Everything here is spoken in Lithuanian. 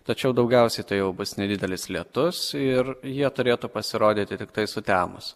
tačiau daugiausiai tai jau bus nedidelis lietus ir jie turėtų pasirodyti tiktai sutemus